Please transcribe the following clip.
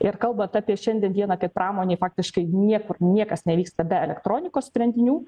ir kalbant apie šiandien dieną kai pramonėj faktiškai niekur niekas nevyksta be elektronikos sprendinių